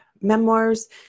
memoirs